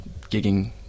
gigging